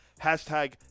Hashtag